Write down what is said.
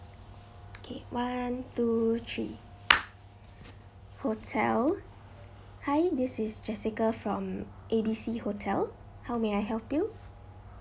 okay one two three hotel hi this is jessica from A B C hotel how may I help you